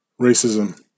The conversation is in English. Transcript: Racism